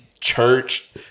church